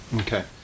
okay